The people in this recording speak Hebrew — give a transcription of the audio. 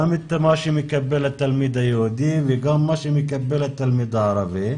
גם את מה שמקבל התלמיד היהודי וגם את מה שמקבל התלמיד הערבי,